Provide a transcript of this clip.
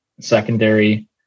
secondary